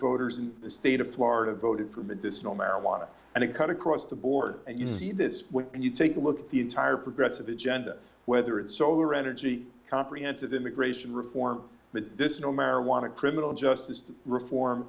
voters in the state of florida voted for medicinal marijuana and it cut across the board and you see this and you take a look at the entire progressive agenda whether it's solar energy comprehensive immigration reform that this no marijuana criminal justice reform